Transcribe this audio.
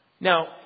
Now